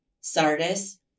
Sardis